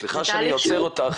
סליחה שאני עוצר אותך,